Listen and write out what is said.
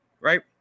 right